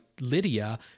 Lydia